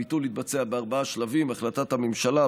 הביטול התבצע בארבעה שלבים: החלטת הממשלה,